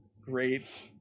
great